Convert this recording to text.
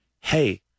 hey